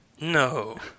No